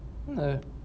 ah